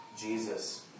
Jesus